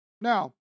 Now